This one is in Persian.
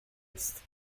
است